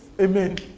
Amen